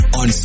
on